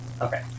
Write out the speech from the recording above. Okay